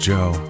Joe